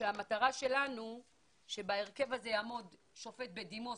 המטרה שלנו היא שבהרכב הזה יעמוד שופט בדימוס,